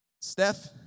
Steph